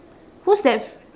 who's that f~